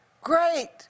great